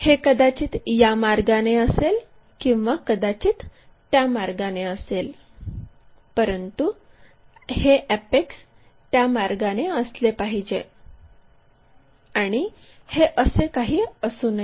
हे कदाचित या मार्गाने असेल किंवा कदाचित त्या मार्गाने परंतु हे अॅपेक्स त्या मार्गाने असले पाहिजे आणि हे असे काही असू नये